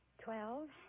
Twelve